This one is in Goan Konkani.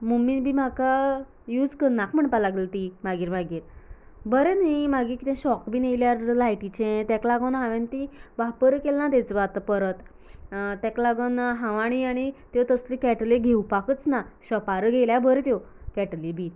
मम्मी बीन म्हाका युज करनाका म्हणपाक लागली ती मागीर मागीर बरें न्ही म्हागीर तो शॉक बीन येयल्यार लायटीचें तेका लागून हांवेन ती वापर केल्लां ना तिचो परत तेका लागून हांव आनी आनी त्यो तेसो केटली घेवपाकच वचना शॉपार घेतल्यार बऱ्यो त्यो केटली बी